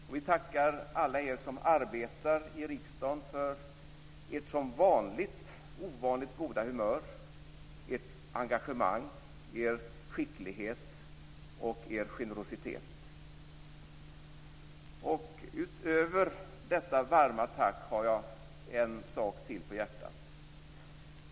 Och vi tackar alla er som arbetar i riksdagen för ert som vanligt ovanligt goda humör, ert engagemang, er skicklighet och er generositet. Utöver detta varma tack har jag en sak till på hjärtat.